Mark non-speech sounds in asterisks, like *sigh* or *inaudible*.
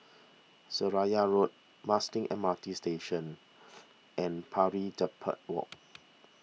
Seraya Road Musting M R T Station *noise* and Pari the Per Walk